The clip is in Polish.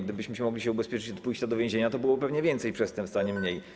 Gdybyśmy mogli się ubezpieczyć od pójścia do więzienia, to byłoby pewnie więcej przestępstw, a nie mniej.